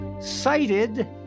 cited